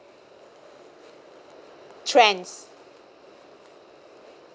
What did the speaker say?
trends